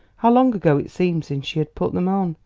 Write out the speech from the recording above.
how long ago it seemed since she had put them on.